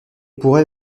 pourrait